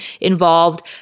involved